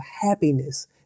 happiness